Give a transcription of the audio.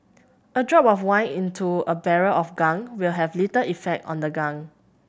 a drop of wine into a barrel of gunk will have little effect on the gunk